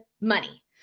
money